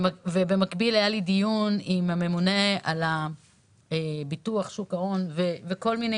היה גם דיון עם הממונה על הביטוח ושוק ההון וכל מיני